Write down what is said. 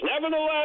nevertheless